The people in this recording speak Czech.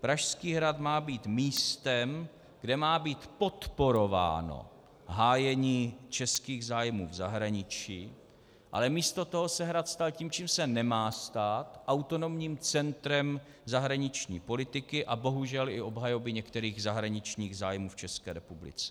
Pražský hrad má být místem, kde má být podporováno hájení českých zájmů v zahraničí, ale místo toho se Hrad stal tím, čím se nemá stát, autonomním centrem zahraniční politiky a bohužel i obhajoby některých zahraničních zájmů v České republice.